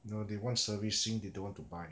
no they want servicing they don't want to buy